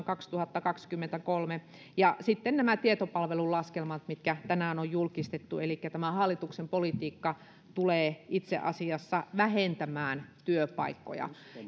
kaksituhattakaksikymmentäkolme ja sitten on vielä nämä tietopalvelun laskelmat mitkä tänään on julkistettu elikkä tämä hallituksen politiikka tulee itse asiassa vähentämään työpaikkoja